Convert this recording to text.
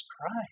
Christ